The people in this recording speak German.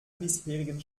bisherigen